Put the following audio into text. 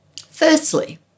Firstly